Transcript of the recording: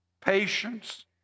patience